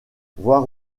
voir